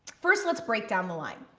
first, let's break down the line.